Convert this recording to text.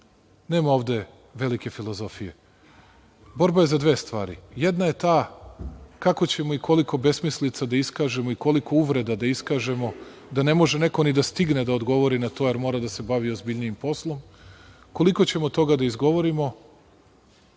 nema ovde velike filozofije. Borba je za dve stvari. Jedna je ta – kako ćemo i koliko besmislica da iskažemo i koliko uvreda da iskažemo da ne može neko ni da stigne da odgovori na to jer mora da se bavi ozbiljnijim poslom, koliko ćemo toga da izgovorimo.